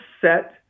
set